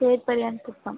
Serpariyan Kuppam